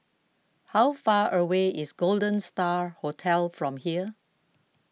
how far away is Golden Star Hotel from here